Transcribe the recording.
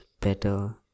better